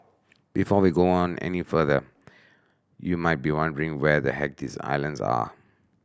before we go on any further you might be wondering where the heck these islands are